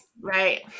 Right